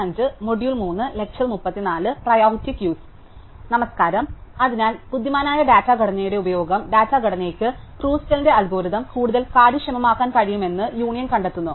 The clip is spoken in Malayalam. അതിനാൽ ബുദ്ധിമാനായ ഡാറ്റ ഘടനയുടെ ഉപയോഗം ഡാറ്റ ഘടനയ്ക്ക് ക്രുസ്കലിന്റെ അൽഗോരിതം കൂടുതൽ കാര്യക്ഷമമാക്കാൻ കഴിയുമെന്ന് യൂണിയൻ കണ്ടെത്തുന്നു